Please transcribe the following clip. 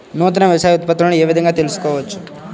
నూతన వ్యవసాయ ఉత్పత్తులను ఏ విధంగా తెలుసుకోవచ్చు?